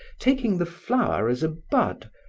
taking the flower as a bud,